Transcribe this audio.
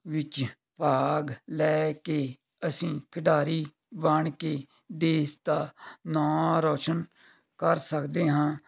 ਵਿਚ ਭਾਗ ਲੈ ਕੇ ਅਸੀਂ ਖਿਡਾਰੀ ਬਣ ਕੇ ਦੇਸ਼ ਦਾ ਨਾਂ ਰੋਸ਼ਨ ਕਰ ਸਕਦੇ ਹਾਂ